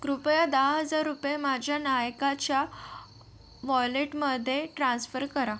कृपया दहा हजार रुपये माझ्या नायकाच्या वॉलेटमध्ये ट्रान्सफर करा